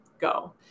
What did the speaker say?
go